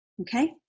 Okay